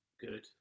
good